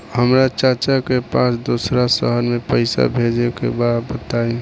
हमरा चाचा के पास दोसरा शहर में पईसा भेजे के बा बताई?